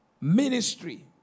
ministry